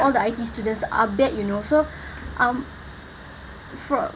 the I_T_E students are bad you know so um